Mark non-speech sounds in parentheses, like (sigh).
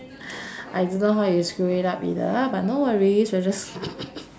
I don't know how you screw it up either but no worries we're just (noise)